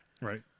Right